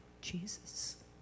Jesus